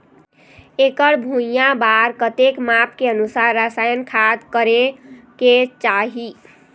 एकड़ भुइयां बार कतेक माप के अनुसार रसायन खाद करें के चाही?